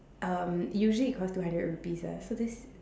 um usually it cost two hundred rupees ah so this